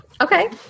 Okay